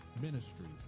ministries